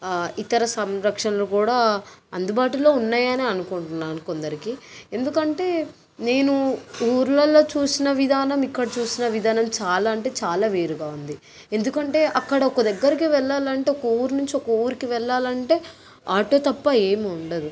ఇతర సంరక్షణలు కూడా అందుబాటులో ఉన్నాయనే అనుకుంటున్నాను కొందరికి ఎందుకంటే నేను ఊర్లల్లో చూసిన విధానం ఇక్కడ చూసిన విధానం చాలా అంటే చాలా వేరుగా ఉంది ఎందుకంటే అక్కడ ఒక దగ్గరికి వెళ్లాలంటే ఒక ఊరు నుంచి ఒక ఊరికి వెళ్లాలంటే ఆటో తప్ప ఏముండదు